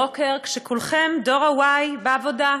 דור ה-y, בעבודה.